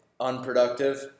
unproductive